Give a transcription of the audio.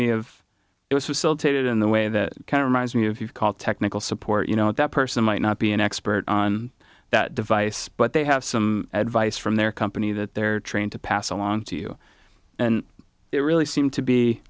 me of it was stilted in the way that kind of reminds me of you've called technical support you know that person might not be an expert on that device but they have some advice from their company that they're trained to pass along to you and it really seemed to be